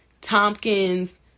Tompkins